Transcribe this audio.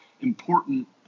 important